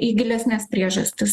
į gilesnes priežastis